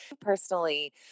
personally